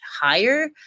higher